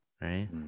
right